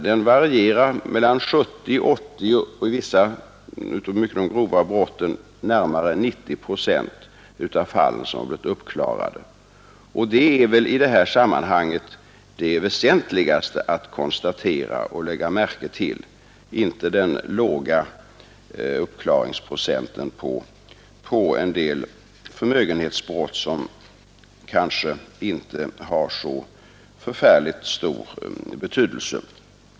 Där har 70—80 och i vissa fall beträffande de mycket grova brotten närmare 90 procent av fallen blivit uppklarade. Detta är väl det väsentligaste att lägga märke till, inte den låga uppklaringsprocenten på en del förmögenhetsbrott, som kanske inte har så förfärligt stor betydelse.